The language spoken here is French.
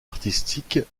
artistique